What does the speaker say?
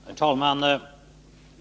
Herr talman!